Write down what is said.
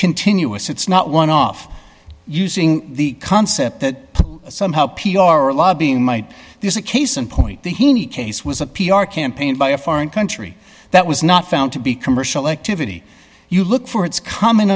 continuous it's not one off using the concept that somehow p r lobbying might there's a case in point the case was a p r campaign by a foreign country that was not found to be commercial activity you look for its common